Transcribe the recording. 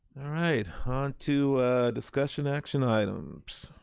right, on to discussion action items.